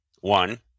One